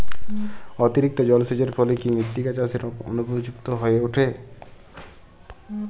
অতিরিক্ত জলসেচের ফলে কি মৃত্তিকা চাষের অনুপযুক্ত হয়ে ওঠে?